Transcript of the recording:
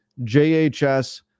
JHS